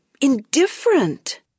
indifferent